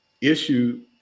issue